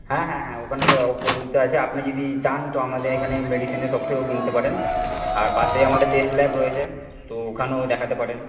হ্যাঁ হ্যাঁ হ্যাঁ ওখানে সব আছে আপনি যদি চান তো আমাদের এখানে মেডিসিনের শপ থেকেও কিনতে পারেন আর পাশেই আমাদের টেস্ট ল্যাব রয়েছে তো ওখানেও দেখাতে পারেন